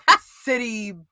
city